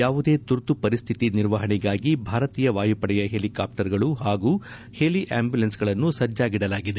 ಯಾವುದೇ ತುರ್ತು ಪರಿಸ್ಥಿತಿ ನಿರ್ವಹಣೆಗಾಗಿ ಭಾರತೀಯ ವಾಯುಪಡೆಯ ಹೆಲಿಕಾಪ್ಸರ್ಗಳು ಹಾಗೂ ಹೆಲಿ ಆಂಬ್ಯುಲೆನ್ಸ್ಗಳನ್ನು ಸಜ್ಣಾಗಿದಲಾಗಿದೆ